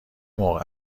موقع